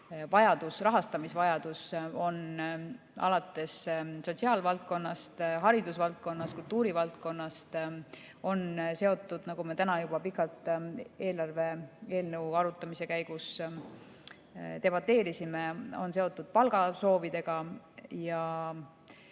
sest rahastamisvajadus on alates sotsiaalvaldkonnast, haridusvaldkonnast ja kultuurivaldkonnast seotud, nagu me täna juba pikalt eelarve eelnõu arutamise käigus debateerisime, palgasoovidega ja